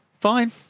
Fine